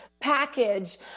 package